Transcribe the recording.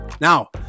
Now